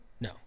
No